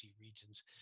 regions